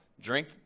drink